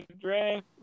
draft